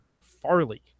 Farley